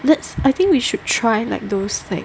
that's I think we should try like those like